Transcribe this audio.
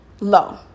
low